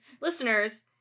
Listeners